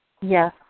Yes